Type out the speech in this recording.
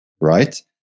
right